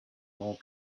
more